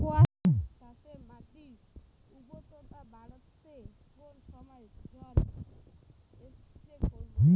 কোয়াস চাষে মাটির উর্বরতা বাড়াতে কোন সময় জল স্প্রে করব?